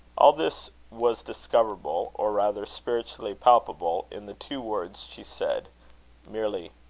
all this was discoverable, or rather spiritually palpable, in the two words she said merely,